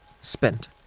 spent